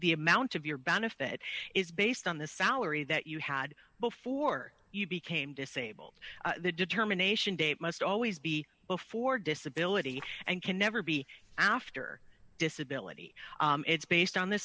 the amount of your benefit is based on the salary that you had before you became disabled the determination date must always be before disability and can never be after disability it's based on the